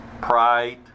pride